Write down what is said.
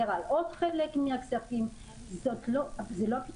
על עוד חלק מהכספים במסגרת פשרה זה לא הפתרון.